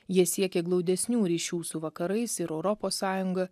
jie siekė glaudesnių ryšių su vakarais ir europos sąjunga